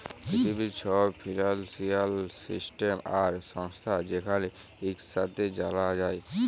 পিথিবীর ছব financial system আর সংস্থা যেখালে ইকসাথে জালা যায়